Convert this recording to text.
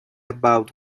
about